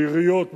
העיריות,